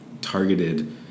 targeted